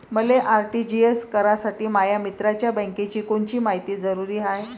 मले आर.टी.जी.एस करासाठी माया मित्राच्या बँकेची कोनची मायती जरुरी हाय?